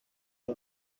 nko